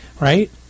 Right